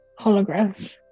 holograms